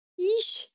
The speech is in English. Yeesh